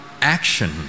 action